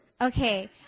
Okay